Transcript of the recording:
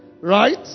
Right